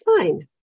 fine